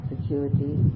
security